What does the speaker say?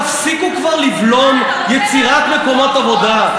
תפסיקו כבר לבלום יצירת מקומות עבודה.